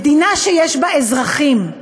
מדינה שיש בה אזרחים,